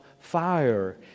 fire